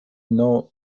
know